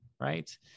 right